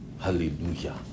Hallelujah